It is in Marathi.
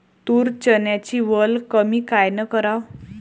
तूर, चन्याची वल कमी कायनं कराव?